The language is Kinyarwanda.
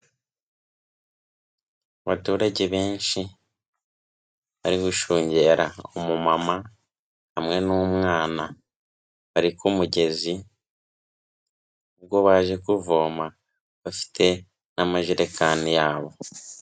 Abaturage benshi, bari gushungera umumama hamwe n'umwana, bari ku mugezi ubwo baje kuvoma, bafite n'amajerekani yabo.